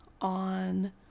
on